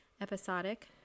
Episodic